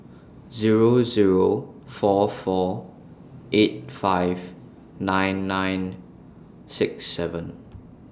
Zero Zero four four eight five nine nine six seven